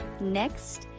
Next